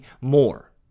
more